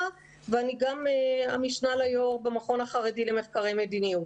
ואני גם המשנה ליו"ר במכון החרדי למחקרי מדיניות.